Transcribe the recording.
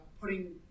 putting